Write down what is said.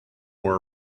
more